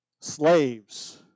slaves